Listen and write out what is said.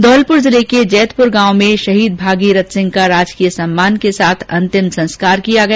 धौलपुर जिले के जेतपुर गांव में शहीद भागीरथ सिंह का राजकीय सम्मान के साथ अंतिम संस्कार किया गया